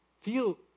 feel